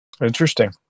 Interesting